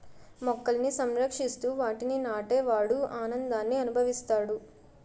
మొక్కలని సంరక్షిస్తూ వాటిని నాటే వాడు ఆనందాన్ని అనుభవిస్తాడు